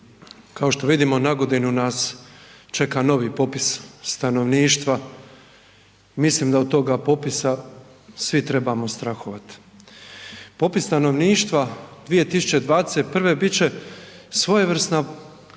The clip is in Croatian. kao što vidimo na godinu nas čeka novi popis stanovništva, mislim da od toga popisa svi trebamo strahovat. Popis stanovništva 2021. bit će svojevrsna